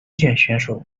选手